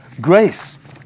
Grace